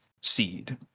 seed